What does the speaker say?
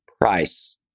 price